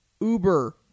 uber